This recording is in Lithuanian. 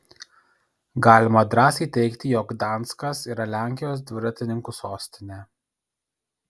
galima drąsiai teigti jog gdanskas yra lenkijos dviratininkų sostinė